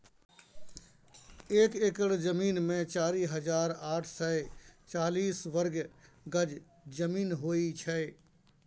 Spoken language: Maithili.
एक एकड़ जमीन मे चारि हजार आठ सय चालीस वर्ग गज जमीन होइ छै